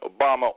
Obama